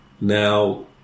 Now